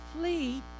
flee